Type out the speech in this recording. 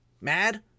mad